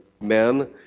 men